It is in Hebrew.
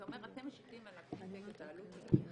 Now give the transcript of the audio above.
אתה אומר: אתם משיתים על הפינטק את העלות של גורמים